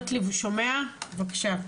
בבקשה.